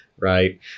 Right